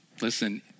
Listen